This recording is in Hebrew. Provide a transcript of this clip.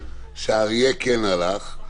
שהאריה כן הלך,